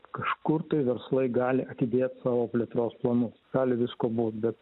kažkur tai verslai gali atidėt savo plėtros planus gali visko būt bet